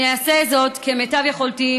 אני אעשה זאת כמיטב יכולתי,